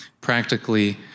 practically